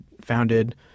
founded